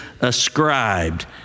ascribed